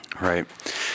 Right